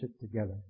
together